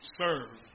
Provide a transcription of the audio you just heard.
serve